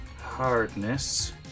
hardness